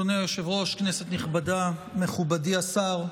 מכובדי השר,